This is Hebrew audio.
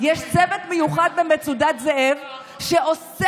יש צוות מיוחד במצודת זאב שאוסף